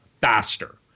faster